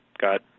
got